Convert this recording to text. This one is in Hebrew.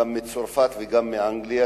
גם מצרפת וגם מאנגליה,